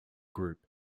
group